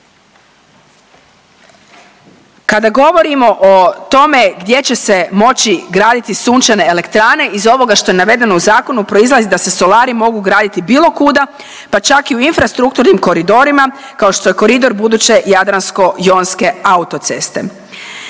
Kada govorimo o tome gdje će se moći graditi sunčane elektrane, iz ovoga što je navedeno u zakonu, proizlazi da se solari mogu graditi bilo kuda, pa čak i u infrastrukturnim koridorima, kao što je koridor buduće jadransko-jonske autoceste.